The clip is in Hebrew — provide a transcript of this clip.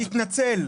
אז תתנצל.